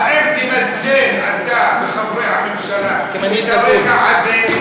האם תנצל אתה וחברי הממשלה את הרגע הזה,